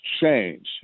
change